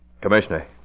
Commissioner